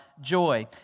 joy